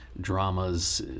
dramas